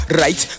right